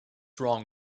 wrong